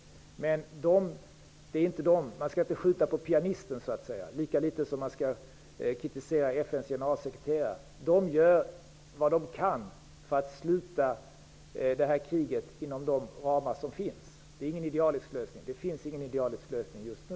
Men man skall inte skjuta på pianisten så att säga. Lika litet skall man kritisera FN:s generalsekreterare. De gör vad de kan för att inom de ramar som finns få ett slut på detta krig. Det är ingen idealisk lösning. Någon sådan finns inte just nu.